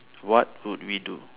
what would we do